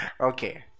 Okay